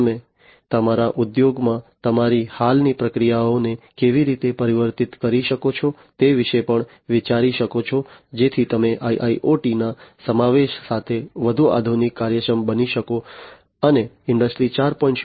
તમે તમારા ઉદ્યોગોમાં તમારી હાલની પ્રક્રિયાઓને કેવી રીતે પરિવર્તિત કરી શકો છો તે વિશે પણ વિચારી શકો છો જેથી તમે IIoT ના સમાવેશ સાથે વધુ આધુનિક કાર્યક્ષમ બની શકો અને ઇન્ડસ્ટ્રી 4